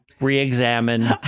re-examine